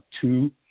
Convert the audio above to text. two